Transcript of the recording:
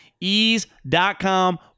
Ease.com